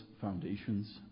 foundations